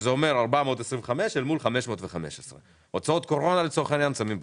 שזה אומר 425 אל מול 515. הוצאות קורונה לצורך העניין שמים בצד.